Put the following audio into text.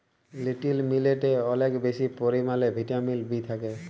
little মিলেটে অলেক বেশি পরিমালে ভিটামিল বি থ্যাকে